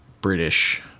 British